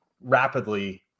rapidly